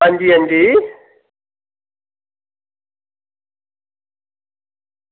हां जी हां जी